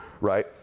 right